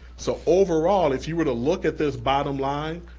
so overall, if you were to look at this bottom line,